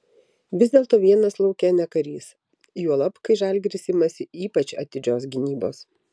vis dėlto vienas lauke ne karys juolab kai žalgiris imasi ypač atidžios gynybos